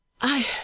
I